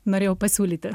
norėjau pasiūlyti